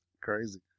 Crazy